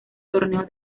torneo